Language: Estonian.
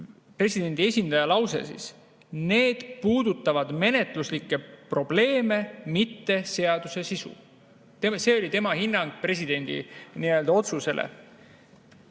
Presidendi esindaja lause: "Need puudutavad menetluslikke probleeme, mitte seaduse sisu." See oli tema hinnang presidendi otsusele.